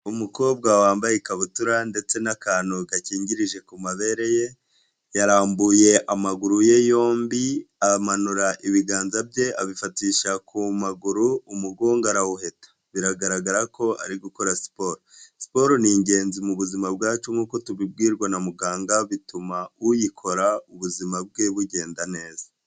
Umukobwa wambaye ikabutura ndetse n'akantu gakingirije ku mabere ye, yarambuye amaguru ye yombi, amanura ibiganza bye abifatisha ku maguru umugongo arawuheta. Biragaragara ko ari gukora siporo. Siporo ni ingenzi mu buzima bwacu nkuko tubibwirwa na muganga, bituma uyikora ubuzima bwe bugenda neza.